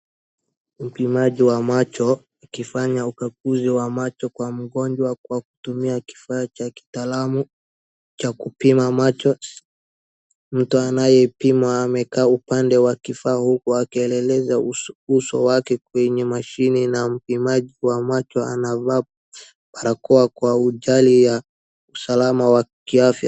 Mpimaji wa macho akifanya ukaguzi wa macho kwa mgonjwa kwa kutumia kifaa cha kitaalamu, cha kupima macho, mtu anayepimwa amekaa upande wa kifaa huku akieleleza uso wake kwenye mashine, na mpimaji wa macho anavaa barakoa kwa ajili ya usalama wa kiafya.